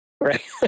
Right